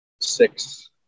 six